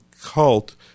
cult